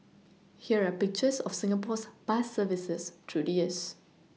here are pictures of Singapore's bus services through the years